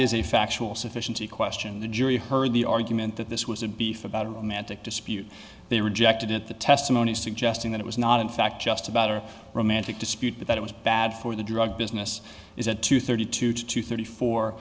is a factual sufficiency question the jury heard the argument that this was a beef about a magic dispute they rejected it the testimony suggesting that it was not in fact just about her romantic dispute that it was bad for the drug business is it to thirty two to thirty four